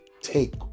take